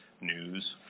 news